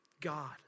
God